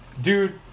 dude